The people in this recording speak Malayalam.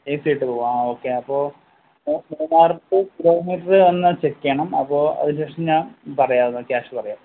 ഏ സിയിട്ട് പോകാം ആ ഓക്കെ അപ്പോള് മൂന്നാർ റ്റു കിലോമീറ്റര് ഒന്ന് ചെക്ക് ചെയ്യണം അപ്പോള് അതിനുശേഷം ഞാൻ പറയാം ക്യാഷ് പറയാം